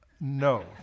No